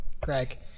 Greg